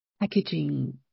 packaging